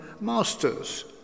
masters